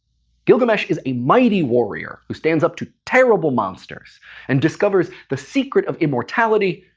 gilgamesh is a mighty warrior who stands up to terrible monsters and discovers the secret of immortality,